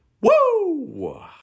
woo